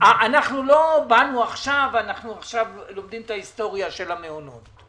לא באנו עכשיו ולומדים את ההיסטוריה של המעונות,